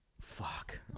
Fuck